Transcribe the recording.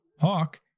Hawk